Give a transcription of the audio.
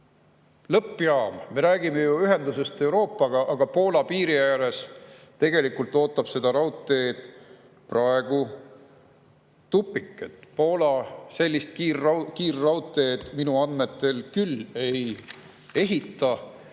lõppjaam. Me räägime ju ühendusest Euroopaga, aga Poola piiri ääres tegelikult ootab seda raudteed praegu tupik. Poola sellist kiirraudteed minu andmetel küll ei ehita.